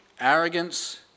arrogance